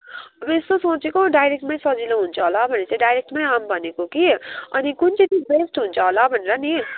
अब यसो सोचेको डाइरेक्टमै सजिलो हुन्छ होला भनेर चाहिँ डाइरेक्टमै आउँ भनेको कि अनि कुन चाहिँ चाहिँ बेस्ट हुन्छ होला भनेर नि